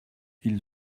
ils